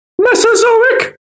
Mesozoic